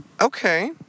Okay